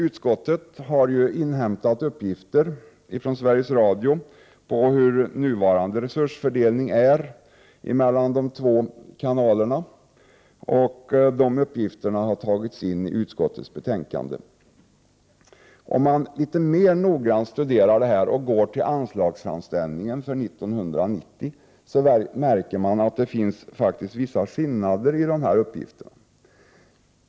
Utskottet har inhämtat uppgifter från Sveriges Radio om hur den nuvarande resursfördelningen mellan de båda kanalerna ser ut. Dessa uppgifter har tagits med i kulturutskottets betänkande. Om man studerar dessa saker litet mera noggrant och även tittar på anslagsframställningen för 1990, märker man att det faktiskt föreligger vissa skillnader mellan de olika uppgifterna.